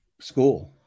school